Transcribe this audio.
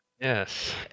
yes